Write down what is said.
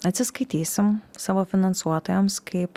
atsiskaitysim savo finansuotojams kaip